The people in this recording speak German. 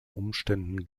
umständen